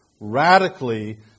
Radically